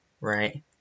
right